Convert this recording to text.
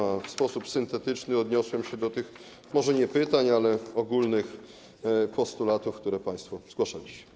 A w sposób syntetyczny odniosłem się do tych może nie pytań, ale ogólnych postulatów, które państwo zgłaszaliście.